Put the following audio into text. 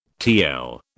TL